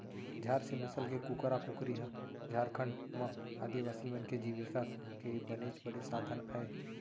झार सीम नसल के कुकरा कुकरी ह झारखंड म आदिवासी मन के जीविका के बनेच बड़े साधन अय